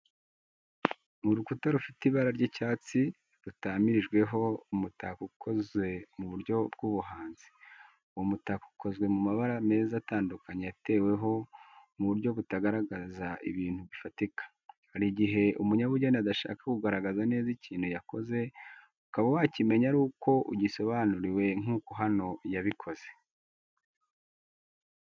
Urukuta rufite ibara ry’icyatsi rutamirijweho umutako ukoze mu buryo bw’ubuhanzi. Uwo mutako ukozwe mu mabara meza atandukanye yateweho mu buryo butagaragaza ibintu bifatika. Hari igihe umunyabugeni adashaka kugaragaza neza ikintu yakoze, ukaba wakimenya ari uko akigusobanuriye nk'uko hano yabikoze.